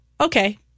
okay